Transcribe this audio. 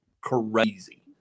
crazy